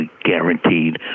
guaranteed